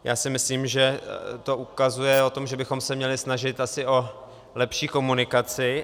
Já si myslím, že to ukazuje o tom, že bychom se měli snažit asi o lepší komunikaci.